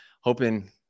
hoping